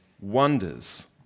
wonders